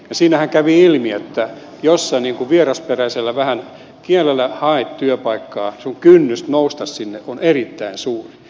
siinähän kävi ilmi että jos sinä vierasperäisellä kielellä haet työpaikkaa niin kynnys nousta sinne on erittäin suuri